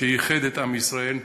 שאיחד את עם ישראל.